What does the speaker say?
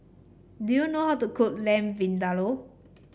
do you know how to cook Lamb Vindaloo